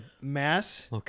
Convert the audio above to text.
mass